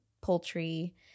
poultry